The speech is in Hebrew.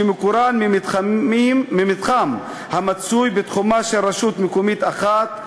שמקורן ממתחם המצוי בתחומה של רשות מקומית אחת,